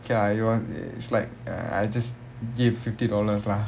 K lah it was it's like I just give fifty dollars lah